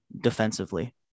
defensively